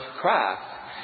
craft